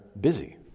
busy